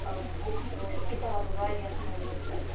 بُکٕس کِتابہٕ واریاہ تھایمَژٕ